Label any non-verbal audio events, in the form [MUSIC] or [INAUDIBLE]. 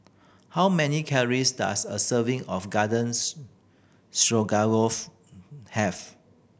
how many calories does a serving of Garden [UNINTELLIGIBLE] Stroganoff have